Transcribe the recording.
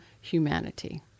humanity